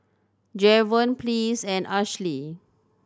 Jevon Pleas and Ashlee